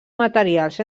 materials